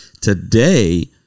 today